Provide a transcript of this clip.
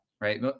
right